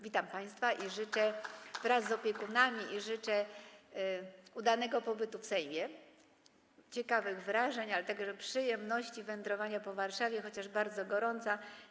Witam państwa wraz z opiekunami i życzę udanego pobytu w Sejmie, ciekawych wrażeń, a także przyjemności z wędrowania po Warszawie, chociaż jest bardzo gorąco.